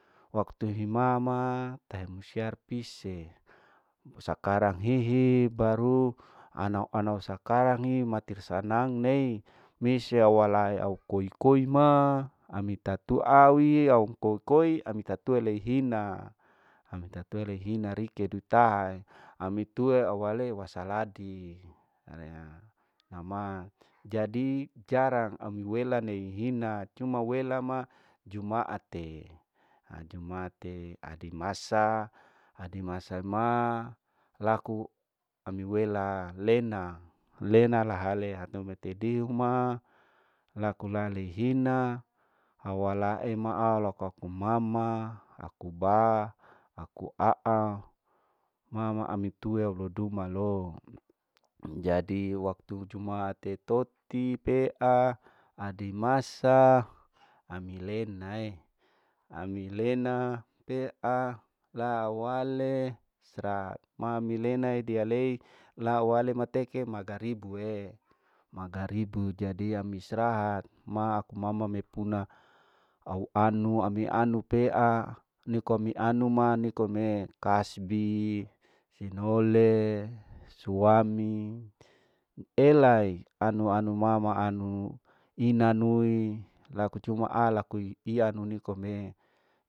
Waktu hi mama taimsiar pise, mo sakarang hihi baru anau anau sakarangi matir lei nei mesei wala au koi koi ma ami tatue awi au koi koi ami tatue leihina, ami tatue lehina rike dutaae ami te awale wasaladi, rea ama jadi jarang ami wela nei hina cuma wela ma jumaate. ajumaate adi masa, adi masa ma laku ami wela lena, lena lehale hatumete diu ma laku lale hina hau walae laa laku aku mama, aku ba, aku aau mamau ami tue ami duma oo, jadi waktu tetoti pea adi masa ami lena'ee, ami lena pea laawale strahat, ma mi lena idialei la awale mateeke magaribu ee, magaribu jadi ami strahat ma aku mama me puna, au anu aku anu pea niko mi anu ma nikome kasbe, sinole, suami, elai, anu anu mama anu inanui laku cuma alaku i'ianu nikome.